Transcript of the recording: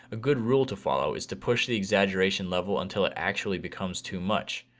a good rule to follow is to push the exaggeration level until it actually becomes too much.